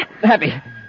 Happy